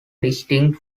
distinct